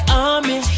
army